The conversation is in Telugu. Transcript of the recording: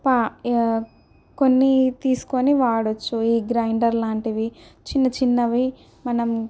పా కొన్ని తీసుకొని వాడవచ్చు ఈ గ్రైండర్ లాంటివి చిన్న చిన్నవి మనం